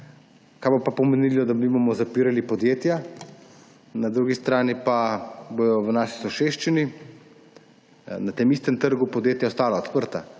kar bo pa pomenilo, da bomo mi zapirali podjetja, na drugi strani pa bodo v naši soseščini na tem istem trgu podjetja ostala odprta.